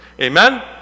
Amen